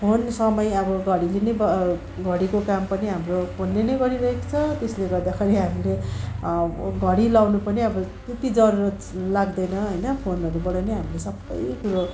phone समय अब घडीले नै घडीको काम पनि हाम्रो फोनले नै गरिरहेको छ त्यसले गर्दाखेरि हामीले घडी लगाउनु पनि अब त्यत्ति जरुरत लाग्दैन होइन फोनहरूबाट नै हामीले सबै कुरो